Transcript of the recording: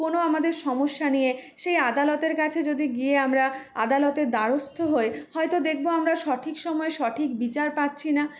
কোনো আমাদের সমস্যা নিয়ে সেই আদালতের কাছে যদি গিয়ে আমরা আদালতের দ্বারস্থ হই হয়তো দেখব আমরা সঠিক সময়ে সঠিক বিচার পাচ্ছি না